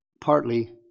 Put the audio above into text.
partly